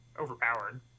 overpowered